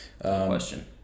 Question